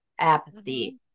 apathy